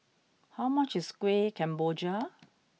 how much is Kueh Kemboja